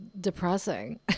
depressing